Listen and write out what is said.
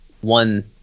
one